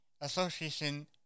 Association